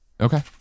okay